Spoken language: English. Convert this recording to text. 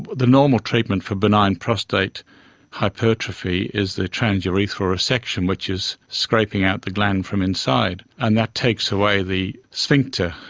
the normal treatment for benign prostate hypertrophy is the transurethral resection, which is scraping out the gland from inside, and that takes away the sphincter,